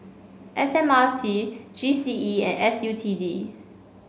S M R T G C E and S U T D